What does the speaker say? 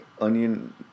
onion